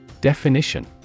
Definition